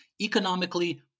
Economically